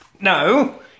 No